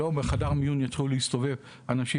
שלא בחדר מיון יתחילו להסתובב אנשים